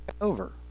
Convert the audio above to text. over